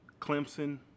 Clemson